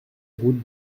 route